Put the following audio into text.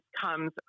comes